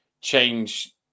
change